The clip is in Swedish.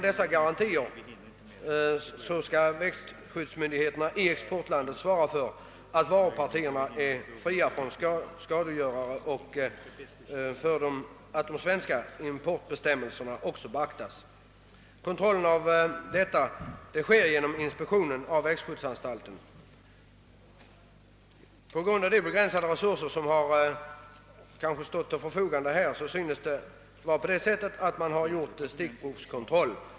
Dessa innebär att växtskyddsmyndigheterna i exportlandet svarar för att varupartierna är fria från skadegörare och för att de svenska importbestämmelserna beaktas. Kontrollen av att dessa bestämmelser efterlevs sker genom inspektion av växtskyddsanstalten. På grund av de begränsade resurser som tydligen står till förfogande för denna verksamhet har man måst inskränka sig till stickprovskontroller,.